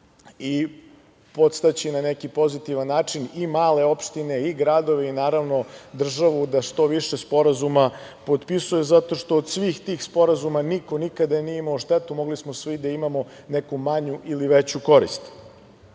i podstaći na neki pozitivan način i male opštine i gradove i, naravno, državu da što više sporazuma potpisuje, zato što od svih tih sporazuma niko nikada nije imao štetu, mogli smo svi da imamo neku manju ili veću korist.U